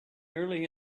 early